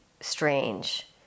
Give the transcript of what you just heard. strange